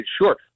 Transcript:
sure